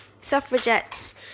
suffragettes